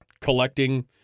collecting